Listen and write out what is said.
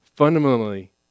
Fundamentally